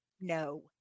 No